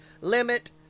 Limit